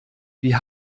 wie